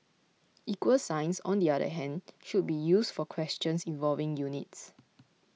equal signs on the other hand should be used for questions involving units